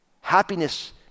Happiness